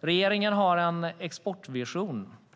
Regeringen har en exportvision.